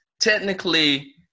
technically